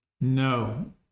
No